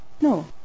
No